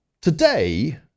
Today